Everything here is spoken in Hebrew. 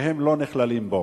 והם לא נכללים בו.